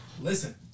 Listen